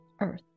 earth